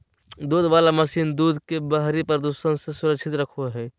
दूध वला मशीन दूध के बाहरी प्रदूषण से सुरक्षित रखो हइ